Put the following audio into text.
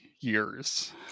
years